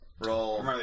roll